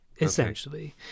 essentially